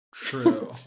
True